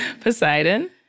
Poseidon